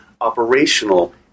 operational